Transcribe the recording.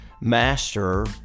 Master